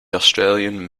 australian